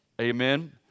Amen